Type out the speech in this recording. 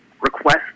request